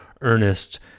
earnest